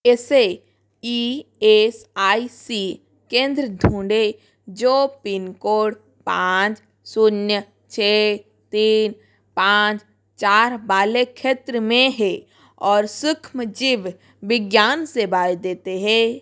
ऐसे E S I C केंद्र ढूँढें जो पिन कोड पाँच शून्य छ तीन पाँच चार वाले क्षेत्र में हैं और सूक्ष्मजीव विज्ञान सेवाएँ देते हैं